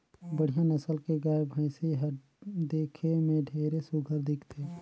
बड़िहा नसल के गाय, भइसी हर देखे में ढेरे सुग्घर दिखथे